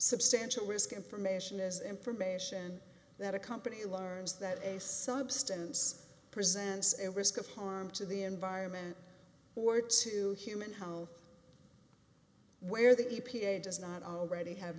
substantial risk information is information that a company learns that a substance presents at risk of harm to the environment or to human how where the e p a does not already have